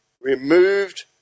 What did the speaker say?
removed